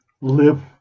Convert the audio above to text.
live